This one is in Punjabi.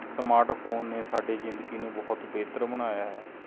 ਸਮਾਰਟ ਫ਼ੋਨ ਨੇ ਸਾਡੀ ਜ਼ਿੰਦਗੀ ਨੂੰ ਬਹੁਤ ਬਿਹਤਰ ਬਣਾਇਆ ਹੈ